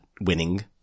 winning